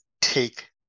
take